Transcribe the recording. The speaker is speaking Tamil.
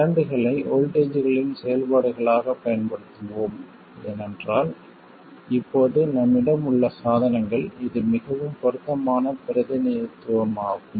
கரண்ட்களை வோல்ட்டேஜ்களின் செயல்பாடுகளாகப் பயன்படுத்துவோம் ஏனென்றால் இப்போது நம்மிடம் உள்ள சாதனங்கள் இது மிகவும் பொருத்தமான பிரதிநிதித்துவமாகும்